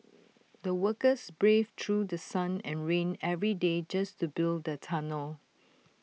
the workers braved through sun and rain every day just to build the tunnel